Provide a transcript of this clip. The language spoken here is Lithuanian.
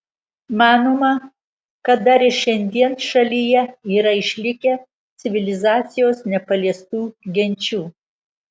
manoma kad dar ir šiandien šalyje yra išlikę civilizacijos nepaliestų genčių